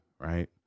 right